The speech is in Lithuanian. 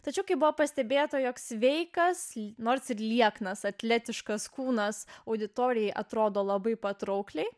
tačiau kai buvo pastebėta jog sveikas nors lieknas atletiškas kūnas auditorijai atrodo labai patraukliai